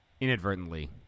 inadvertently